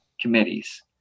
committees